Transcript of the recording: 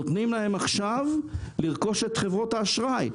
נותנים להם עכשיו לרכוש את חברות האשראי.